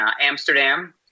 Amsterdam